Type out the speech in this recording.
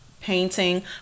painting